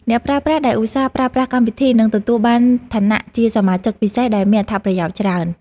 អ្នកប្រើប្រាស់ដែលឧស្សាហ៍ប្រើប្រាស់កម្មវិធីនឹងទទួលបានឋានៈជាសមាជិកពិសេសដែលមានអត្ថប្រយោជន៍ច្រើន។